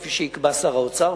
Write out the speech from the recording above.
כפי שיקבע שר האוצר.